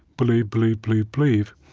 believe. believe. believe. believe.